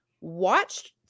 watched